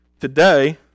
today